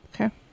okay